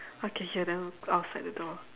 I can hear them outside the door